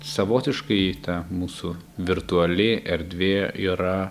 savotiškai ta mūsų virtuali erdvė yra